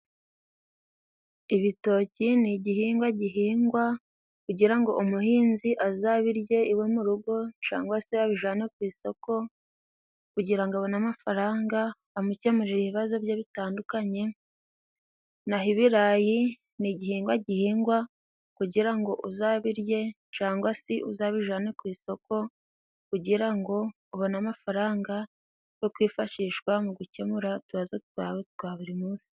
Ibitoki ni igihingwa gihingwa, kugira ngo umuhinzi azabirye iwe urugo, cyangwa se abijyane ku isoko, kugira ngo abone amafaranga amukemurira ibibazo bye bitandukanye. Naho ibirayi ni igihingwa gihingwa kugira ngo uzabirye, cyangwa se uzabijyanane ku isoko, kugira ngo ubone amafaranga yo kwifashisha mu gukemura utuntu twawe twa buri munsi.